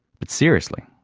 but seriously,